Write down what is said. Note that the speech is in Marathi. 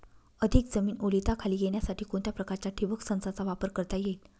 अधिक जमीन ओलिताखाली येण्यासाठी कोणत्या प्रकारच्या ठिबक संचाचा वापर करता येईल?